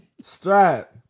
Strap